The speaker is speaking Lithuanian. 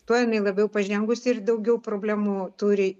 tuo jinai labiau pažengusi ir daugiau problemų turi